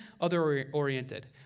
other-oriented